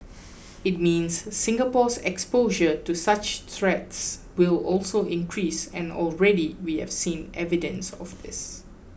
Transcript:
it means Singapore's exposure to such threats will also increase and already we have seen evidence of this